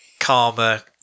Karma